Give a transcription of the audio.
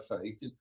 faith